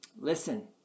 Listen